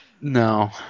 No